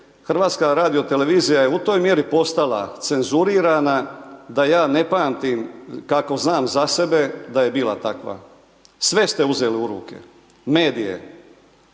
privatizirali medije, HTV je u toj mjeri postala cenzurirana da ja ne pamtim kako znam za sebe da je bila takva, sve ste uzeli u ruke, medije,